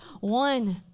One